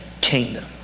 kingdom